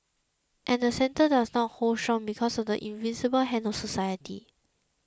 and the centre doesn't hold strong because of the invisible hand of society